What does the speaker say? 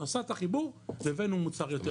עשה את החיבור והבאנו מוצר יותר טוב.